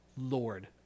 Lord